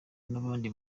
n’ahandi